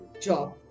job